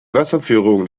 wasserführung